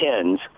tens